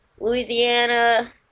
Louisiana